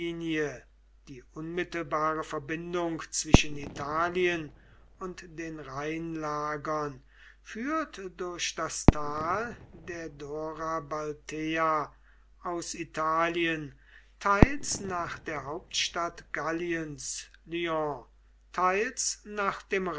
die unmittelbare verbindung zwischen italien und den rheinlagern führt durch das tal der dora baltea aus italien teils nach der hauptstadt galliens lyon teils nach dem